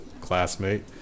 classmate